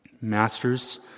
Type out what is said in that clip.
Masters